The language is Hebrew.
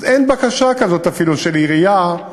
אז אפילו אין בקשה כזאת של עירייה,